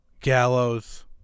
Gallows